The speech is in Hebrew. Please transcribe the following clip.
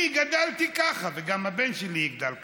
אני גדלתי ככה, וגם הבן שלי יגדל ככה.